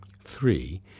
Three